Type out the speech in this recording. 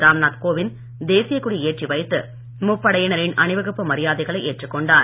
ராம் நாத் கோவிந்த் தேசிய கொடியை ஏற்றி வைத்து முப்படையினர் அணிவகுப்பு மரியாதைகளை ஏற்றுக் கொண்டார்